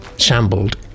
shambled